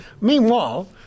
Meanwhile